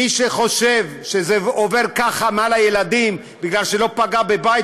מי שחושב שזה עובר ככה מעל הילדים בגלל שזה לא פגע בבית,